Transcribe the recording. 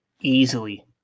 easily